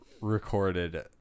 recorded